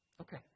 Okay